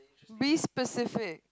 be specific